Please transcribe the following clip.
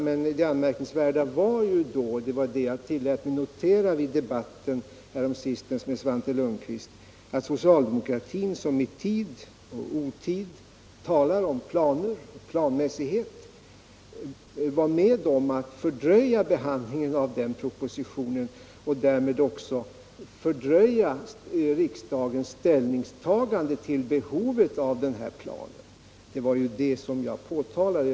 Men det anmärkningsvärda var, och det var det jag tillät mig att notera i debatten häromsistens med Svante Lundkvist, att socialdemokratin, som i tid och otid talar om planer och planmässighet, var med om — ni var eniga i utskottet, jag accepterar det — att fördröja behandlingen av propositionen och därmed också fördröja riksdagens ställningstagande till behovet av den här planen. Det var ju det som jag påtalade.